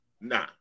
Nah